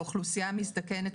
לאוכלוסייה המזדקנת,